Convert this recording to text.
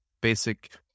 basic